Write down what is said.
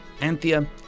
Anthea